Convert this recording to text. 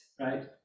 right